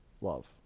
love